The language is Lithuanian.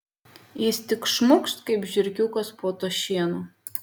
jis tik šmukšt kaip žiurkiukas po tuo šienu